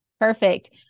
Perfect